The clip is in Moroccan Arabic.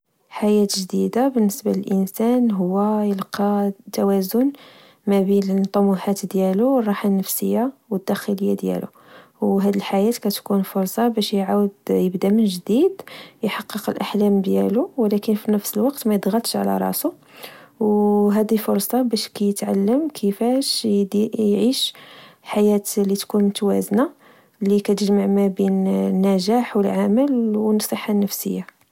حياة جديدة، بالنسبة الإنسان، هو يلقى التوازن ما بين الطموحات ديالو و الراحة النفسية والداخلية ديالو. وهاد الحياة كتكون فرصة باش يعاود يبدا من جديد، يحقق الأحلام ديالو ولكن فالنفس الوقت ما يضغطش على راسو. وهادي فرصة باس كتعلم كيفاش يعيش حياة لتكون متوازنة، لكتجمع مابين النجاح والعمل و الصحة النفسية